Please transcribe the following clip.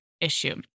issue